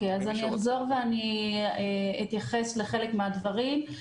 אחזור ואתייחס לחלק מהדברים.